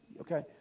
okay